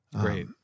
Great